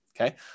okay